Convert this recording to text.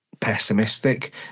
pessimistic